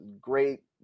great